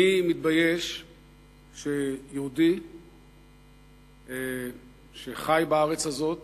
אני מתבייש שיהודי שחי בארץ הזאת